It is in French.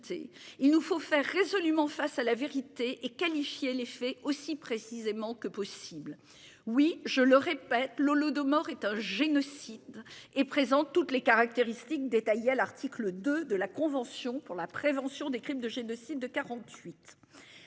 Il nous faut faire résolument en face à la vérité et qualifié les faits aussi précisément que possible. Oui, je le répète, l'Holodomor est un génocide et présente toutes les caractéristiques détaillées à l'article 2 de la Convention pour la prévention des crimes de génocide de 48.